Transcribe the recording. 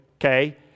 okay